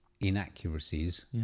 inaccuracies